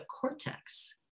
cortex